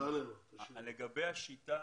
לגבי השיטה,